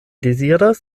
deziras